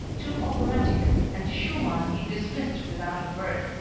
too operatic and schumann he dismissed without a word.